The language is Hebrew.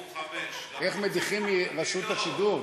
הם אמרו חמש, איך מדיחים מרשות השידור?